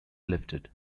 lifted